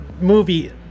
movie